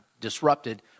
disrupted